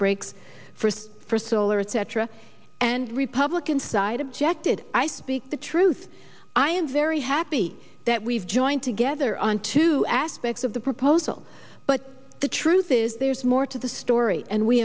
breaks first for solar etc and republican side objected i speak the truth i am very happy that we've joined together on two aspects of the proposal but the truth is there's more to the story and we